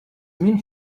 mean